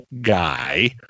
guy